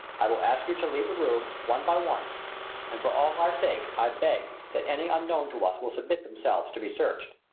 i will ask you to leave the room one by one and, for all our sakes, i beg that any unknown to us will submit themselves to be searched.